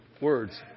words